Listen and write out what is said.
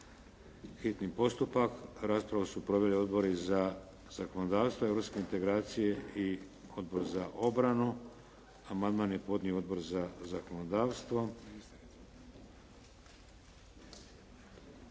Hitni postupak. Raspravu su proveli odbori za zakonodavstvo, europske integracije i Odbor za obranu. Amandman je podnio Odbor zakonodavstvo.